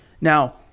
Now